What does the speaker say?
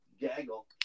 gaggle